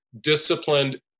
disciplined